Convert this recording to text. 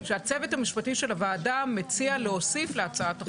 זה בדיוק מה שעשו לאותה דינה זילבר.